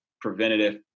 preventative